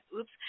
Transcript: Oops